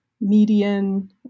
median